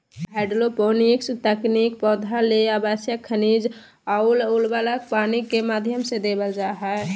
hydroponics तकनीक पौधा ले आवश्यक खनिज अउर उर्वरक पानी के माध्यम से देवल जा हई